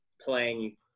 playing